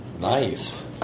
Nice